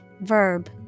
verb